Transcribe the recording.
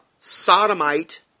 sodomite